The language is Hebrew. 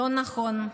לא נכון,